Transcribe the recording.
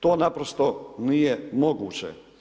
To naprosto nije moguće.